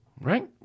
right